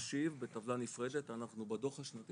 אני מחשיב בטבלה נפרדת, אנחנו בדוח השנתי